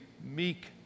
meek